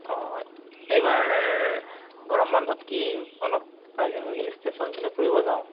অঁ এইবাৰ গৰম বন্ধত কি অলপ বাহিৰ হিল ষ্টেচন পিনে ফুৰিব যাওঁ